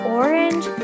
orange